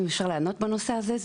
אם אפשר לענות בנושא הזה,